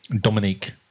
Dominique